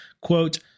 Quote